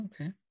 okay